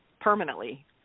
permanently